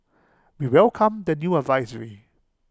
we welcomed the new advisory